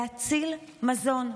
להציל מזון.